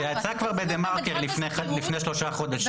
זה יצא כבר בדה מרקר לפני שלושה חודשים.